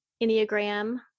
Enneagram